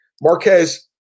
Marquez